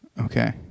Okay